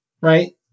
right